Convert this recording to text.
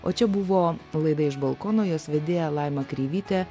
o čia buvo laida iš balkono jos vedėja laima kreivytė